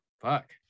Fuck